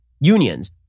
unions